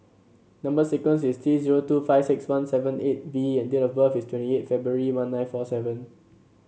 number sequence is T zero two five six one seven eight V and date of birth is twenty eight February one nine four seven